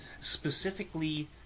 specifically